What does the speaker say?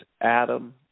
Adam